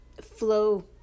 flow